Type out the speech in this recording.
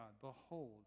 Behold